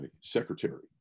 secretary